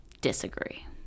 Disagree